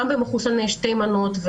גם במחוסני שתי מנות,